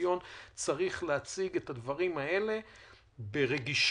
צריך להציג ברגישות